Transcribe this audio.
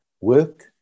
Work